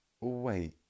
Wait